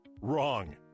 Wrong